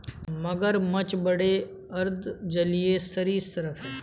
मगरमच्छ बड़े अर्ध जलीय सरीसृप हैं